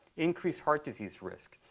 increased heart disease risk,